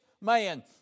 man